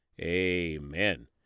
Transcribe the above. amen